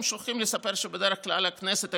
הם שוכחים לספר שבדרך כלל הכנסת,